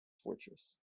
fortress